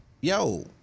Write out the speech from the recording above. yo